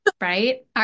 Right